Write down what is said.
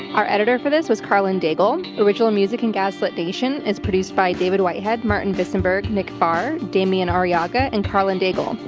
our editor for this was karlyn daigle. original music in gaslit nation is produced by david whitehead, martin visenberg, nick farr, damian arriaga and karlyn daigle.